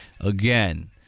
Again